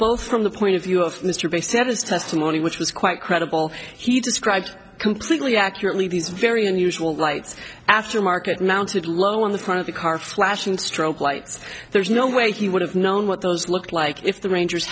both from the point of view of mr bay said his testimony which was quite credible he described completely accurately these very unusual rights aftermarket mounted low on the front of the car flashing strobe lights there is no way he would have known what those looked like if the rangers